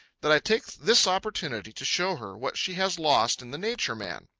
that i take this opportunity to show her what she has lost in the nature man.